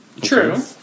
True